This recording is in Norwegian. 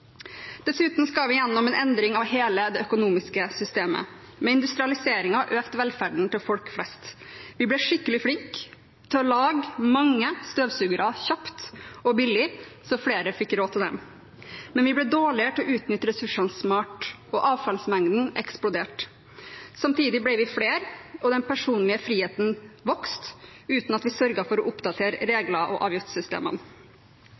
Dessuten skal vi gjennom en endring av hele det økonomiske systemet. Med industrialiseringen økte velferden til folk flest. Vi ble skikkelig flinke til å lage mange støvsugere kjapt og billig, slik at flere fikk råd til dem. Men vi ble dårligere til å utnytte ressursene smart, og avfallsmengden eksploderte. Samtidig ble vi flere, og den personlige friheten vokste, uten at vi sørget for å oppdatere